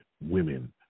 women